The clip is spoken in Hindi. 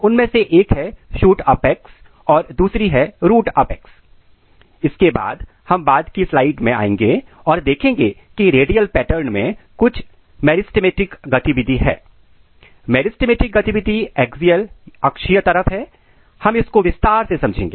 उनमें से एक है शूट अपेक्स और दूसरी है रूट अपेक्स इसके बाद हम बाद की स्लाइड्स में आएँगे और आप देखेंगे की रेडियल पैटर्न में कुछ मेरीस्टेमिक गतिविधि हैं मेरी स्टेमिक गतिविधि axial अक्षीय तरफ है हम इसको विस्तार से समझेंगे